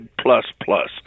plus-plus